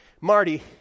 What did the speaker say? Marty